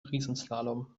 riesenslalom